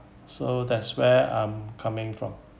so that's where I'm coming from